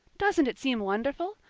doesn't it seem wonderful?